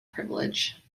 privilege